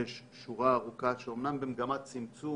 יש שורה ארוכה שאומנם היא במגמת צמצום